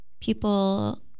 people